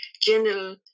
general